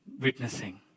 Witnessing